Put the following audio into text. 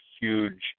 huge